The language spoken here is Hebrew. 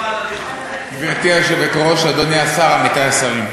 גברתי היושבת-ראש, אדוני השר, עמיתי השרים,